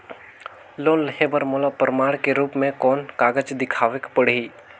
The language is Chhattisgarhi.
लोन लेहे बर मोला प्रमाण के रूप में कोन कागज दिखावेक पड़ही?